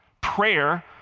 prayer